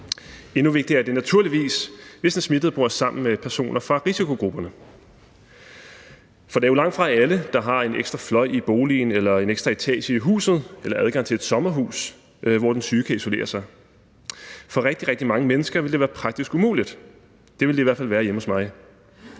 Endnu vigtigere er det naturligvis, hvis den smittede bor sammen med personer fra risikogrupperne. For det er jo langtfra alle, der har en ekstra fløj i boligen eller en ekstra etage i huset eller adgang til et sommerhus, hvor den syge kan isolere sig. For rigtig, rigtig mange mennesker ville det være praktisk umuligt, det ville det i hvert fald være hjemme hos mig.